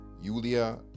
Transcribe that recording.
Yulia